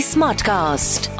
Smartcast